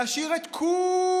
להשאיר את כוווולם,